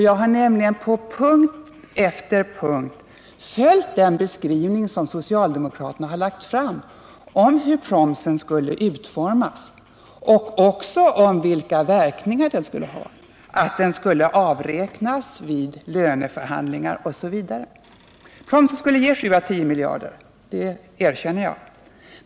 Jag har nämligen punkt efter punkt följt den beskrivning som socialdemokraterna har gett om hur promsen skulle utformas och om de verkningar den skulle ha — att den skulle avräknas vid löneförhandlingar, osv. Promsen skulle ge 7-10 miljarder kronor brutto, det erkänner jag.